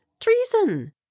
treason